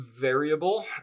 Variable